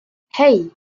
hey